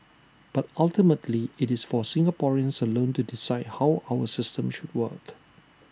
but ultimately IT is for Singaporeans alone to decide how our system should work